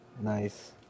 Nice